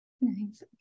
Nice